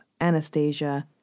Anastasia